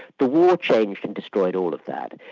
the war changed and destroyed all of that.